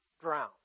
drown